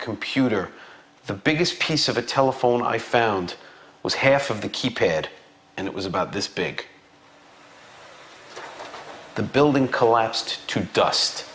computer the biggest piece of a telephone i found was half of the keypad and it was about this big the building collapsed to dust